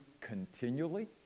continually